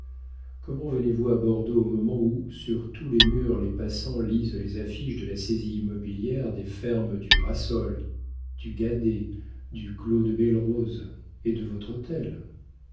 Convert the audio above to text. comment venez-vous à bordeaux au moment où sur tous les murs les passants lisent les affiches de la saisie immobilière des fermes du grassol du guadet du clos de belle rose et de votre hôtel